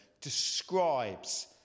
describes